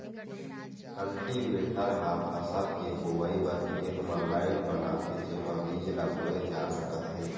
cultivator ह फसल के बोवई बर खेत म लाईन बनाथे जेमा बीज ल बोए जा सकत हे